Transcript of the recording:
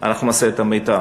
אנחנו נעשה את המיטב,